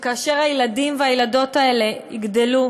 שכאשר הילדים והילדות האלה יגדלו,